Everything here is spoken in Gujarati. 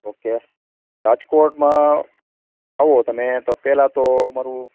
ઓકે રાજકોટમાં આવો તમે તો પહેલાં તો અમારું